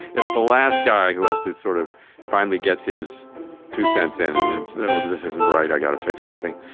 it's the last guy who has to sort of finally get his two cents in and it's oh this isn't right, i got to fix something,